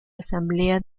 asamblea